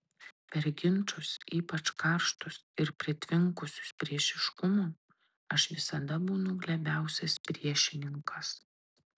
per ginčus ypač karštus ir pritvinkusius priešiškumo aš visada būnu glebiausias priešininkas